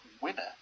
winner